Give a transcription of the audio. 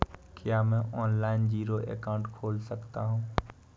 क्या मैं online zero account खोल सकता हूँ?